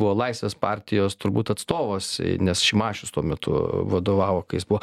buvo laisvės partijos turbūt atstovas nes šimašius tuo metu vadovavo kai jis buvo